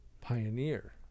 Pioneer